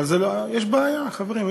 אבל יש בעיה, חברים.